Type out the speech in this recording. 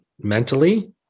mentally